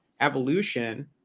evolution